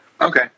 Okay